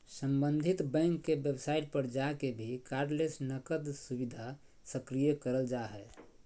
सम्बंधित बैंक के वेबसाइट पर जाके भी कार्डलेस नकद सुविधा सक्रिय करल जा हय